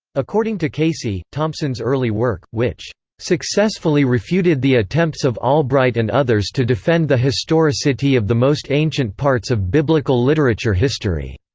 according to casey, thompson's early work, which successfully refuted the attempts of albright and others to defend the historicity of the most ancient parts of biblical literature history,